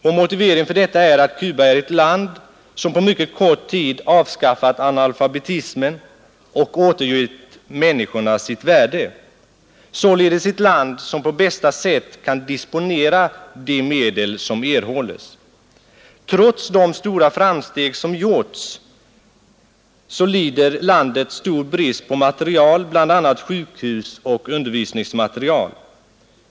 Vår motivering för detta är att Cuba är ett land som på mycket kort tid avskaffat analfabetismen och återgivit människorna deras värde, således ett land som på bästa sätt kan disponera de medel som erhålles. Trots de stora framsteg som gjorts lider landet stor brist på materiel, bl.a. sjukhusoch undervisningsmateriel.